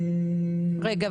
רגע,